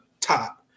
top